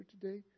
today